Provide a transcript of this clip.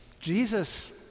Jesus